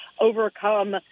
overcome